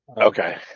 Okay